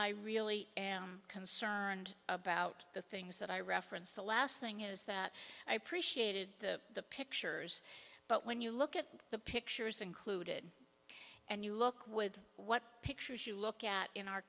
i really am concerned about the things that i referenced the last thing is that i appreciated the pictures but when you look at the pictures included and you look with what pictures you look at in our